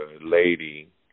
lady